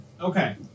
Okay